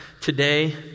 today